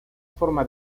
forma